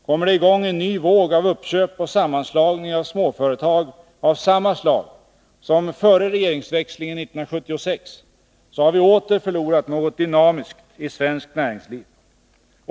Kommer det i gång en ny våg av uppköp och sammanslagning av småföretag av samma slag som före regeringsväxlingen 1976, har vi åter förlorat något dynamiskt i svenskt näringsliv.